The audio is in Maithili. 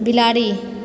बिलाड़ि